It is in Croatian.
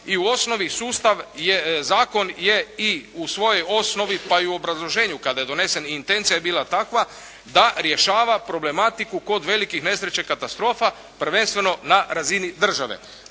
sustav je, zakon je i u svojoj osnovi, pa i u obrazloženju kada je donesen i intencija je bila takva da rješava problematiku kod velikih nesreća i katastrofa prvenstveno na razini države